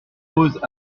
posent